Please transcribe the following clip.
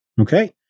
Okay